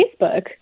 Facebook